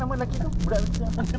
baik sia